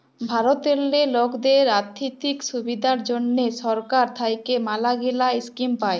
ভারতেল্লে লকদের আথ্থিক সুবিধার জ্যনহে সরকার থ্যাইকে ম্যালাগিলা ইস্কিম পায়